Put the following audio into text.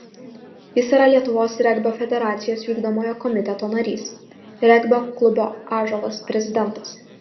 jis yra lietuvos regbio federacijos vykdomojo komiteto narys regbio klubo ąžuolas prezidentas